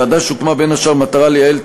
ועדה שהוקמה בין השאר במטרה לייעל את